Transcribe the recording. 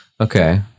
Okay